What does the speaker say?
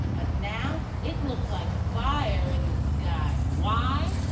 but now, it look like fire in the sky. why?